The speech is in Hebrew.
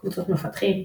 קבוצות מפתחים,